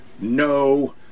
No